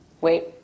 wait